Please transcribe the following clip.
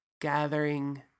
gathering